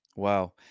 wow